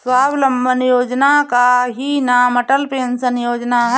स्वावलंबन योजना का ही नाम अटल पेंशन योजना है